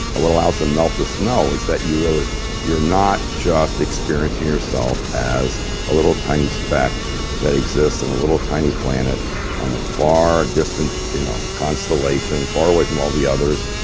what allows them to melt the snow is that you're you're not just experiencing yourself as a little tiny speck that exists in a little tiny planet on a far distant you know constellation far away from all the others.